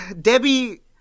Debbie